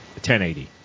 1080